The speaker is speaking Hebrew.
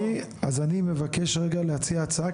אז אני מבקש רגע להציע הצעה,